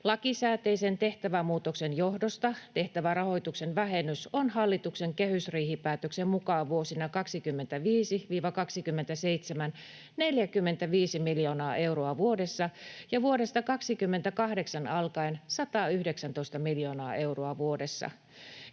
Lakisääteisen tehtävämuutoksen johdosta tehtävä rahoituksen vähennys on hallituksen kehysriihipäätöksen mukaan 45 miljoonaa euroa vuodessa vuosina 25—27 ja vuodesta 28 alkaen 119 miljoonaa euroa vuodessa.